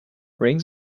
ring